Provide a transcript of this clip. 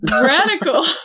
radical